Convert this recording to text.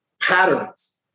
patterns